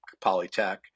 Polytech